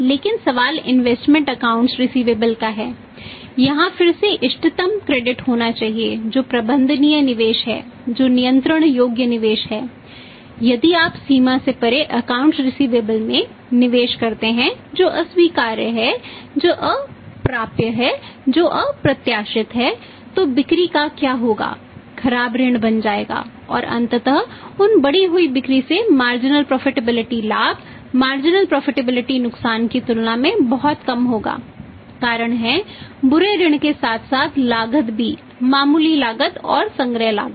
लेकिन सवाल इन्वेस्टमेंट नुकसान की तुलना में बहुत कम होगा कारण है बुरे ऋण के साथ साथ लागत भी मामूली लागत और संग्रह लागत